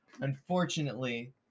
unfortunately